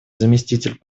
заместитель